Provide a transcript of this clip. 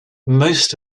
most